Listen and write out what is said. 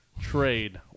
trade